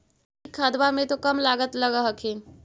जैकिक खदबा मे तो कम लागत लग हखिन न?